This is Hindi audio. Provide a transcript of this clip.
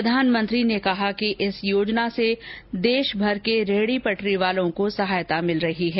प्रधानमंत्री ने कहा कि इस योजना से देशभर के रेहड़ी पटरी वालों को सहायता मिल रही है